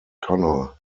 connor